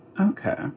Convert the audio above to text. Okay